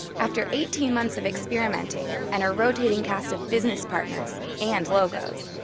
after eighteen months of experimenting, and a rotating cast of business partners and logos,